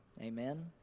Amen